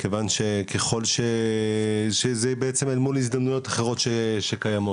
מכיוון שככל שזה בעצם אל מול הזדמנויות אחרות שקיימות.